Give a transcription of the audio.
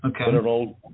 Okay